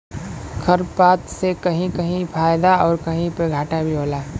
खरपात से कहीं कहीं फायदा आउर कहीं पे घाटा भी होला